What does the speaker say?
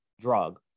drug